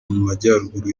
majyaruguru